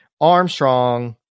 Armstrong